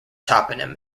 toponym